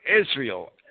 Israel